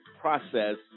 process